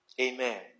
Amen